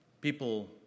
people